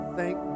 thank